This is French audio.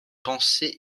pensée